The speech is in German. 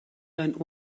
dein